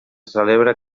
celebra